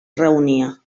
reunia